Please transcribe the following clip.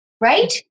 right